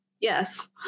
Yes